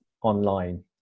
online